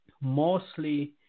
mostly